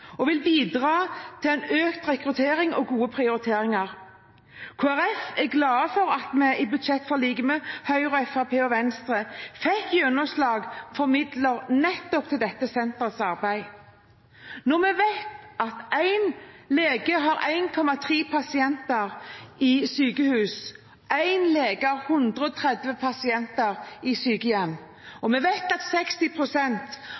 og vil bidra til økt rekruttering og gode prioriteringer. Kristelig Folkeparti er glad for at vi i budsjettforliket med Høyre, Fremskrittspartiet og Venstre fikk gjennomslag for midler til nettopp dette senterets arbeid. Når vi vet at en lege i sykehus har 1,3 pasienter, og at en lege i sykehjem har 130 pasienter, og vi vet at 60 pst. av pasientene i sykehjem